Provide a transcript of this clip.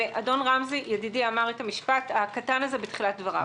אדון רמזי גבאי ידידי אמר את המשפט הקטן הזה בתחילת דבריו.